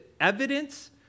evidence